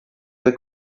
che